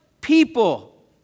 people